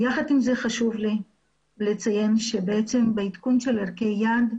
יחד עם זאת חשוב לי לציין שבעדכון של ערכי יעד,